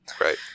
Right